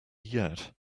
yet